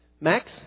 Max